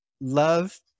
love